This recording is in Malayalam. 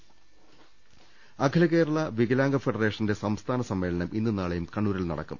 രുവെട്ടിട്ടുള അഖില കേരള വികലാംഗ ഫെഡറേഷന്റെ സംസ്ഥാന സമ്മേളനം ഇന്നും നാളെയും കണ്ണൂരിൽ നടക്കും